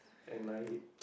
and I